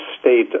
state